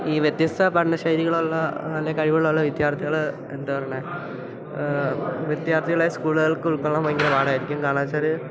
ഈ വ്യത്യസ്ത പഠന ശൈലികളുള്ള നല്ല കഴിവുകളുള്ള വിദ്യാർത്ഥികൾ എന്താ പറയണേ വിദ്യാർത്ഥികളെ സ്കൂളുകൾക്ക് ഉൾക്കൊള്ളാൻ ഭയങ്കര പാടായിരിക്കും കാരണം എന്നു വെച്ചാൽ